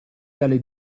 dalle